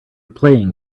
playing